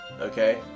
okay